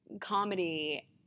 comedy